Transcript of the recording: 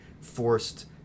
forced